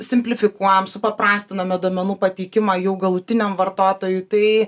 simplifikuojam supaprastiname duomenų pateikimą jau galutiniam vartotojui tai